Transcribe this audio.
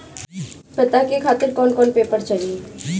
पता के खातिर कौन कौन सा पेपर चली?